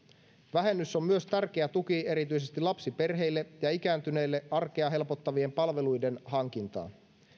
vähennys on myös tärkeä tuki erityisesti lapsiperheille ja ikääntyneille arkea helpottavien palveluiden hankintaan